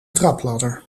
trapladder